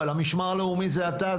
אבל המשמר הלאומי זה אתה,